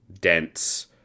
dense